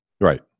right